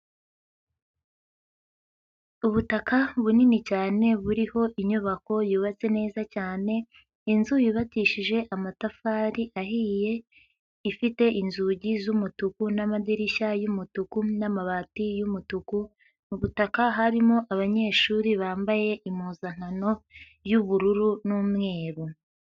Ubutaka bunini cyane buriho inyubako yubatse neza cyane, inzu yubakishije amatafari ahiye ifite inzugi z'umutuku n'amadirishya y'umutuku n'amabati y'umutuku, mu butaka harimo abanyeshuri bambaye impuzankano y'ubururu n'umweru.